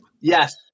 Yes